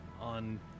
on